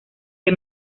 que